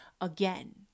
again